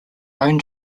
own